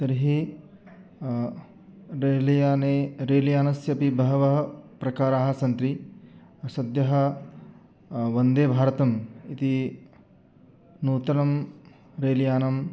तर्हि रेल्याने रेल्यानस्यपि बहवः प्रकाराः सन्ति सद्यः वन्देभारतम् इति नूतनं रेल्यानम्